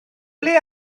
ble